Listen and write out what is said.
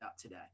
today